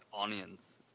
onions